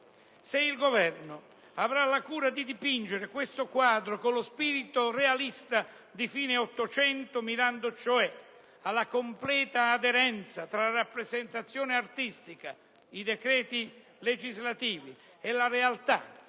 Se il Governo avrà la cura di dipingere questo quadro con lo spirito realista di fine Ottocento, mirando cioè alla completa aderenza tra la rappresentazione artistica (i decreti legislativi) e la realtà